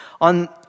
On